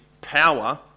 power